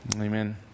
amen